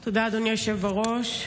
תודה, אדוני היושב בראש.